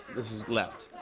this is left.